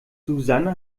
susanne